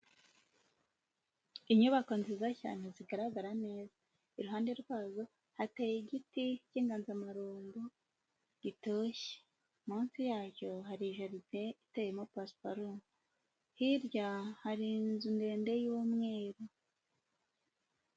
Inyubako nziza cyane zigaragara neza. Iruhande rwazo, hateye igiti cy'intazamarumbo, gitoshye. Munsi yacyo, hari jaride iteyemo pasiparumu. Hirya hari inzu ndende y'umweru.